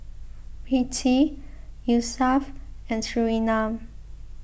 Rizqi Yusuf and Surinam